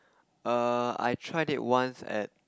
err I tried it once at